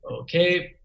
Okay